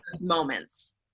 moments